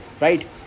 right